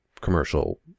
commercial